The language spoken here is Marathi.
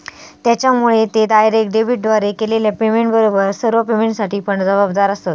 त्येच्यामुळे ते डायरेक्ट डेबिटद्वारे केलेल्या पेमेंटबरोबर सर्व पेमेंटसाठी पण जबाबदार आसंत